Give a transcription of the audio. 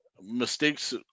mistakes